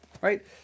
right